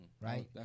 Right